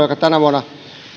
joka tänä vuonna